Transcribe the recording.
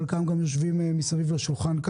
חלקם יושבים כאן מסביב לשולחן,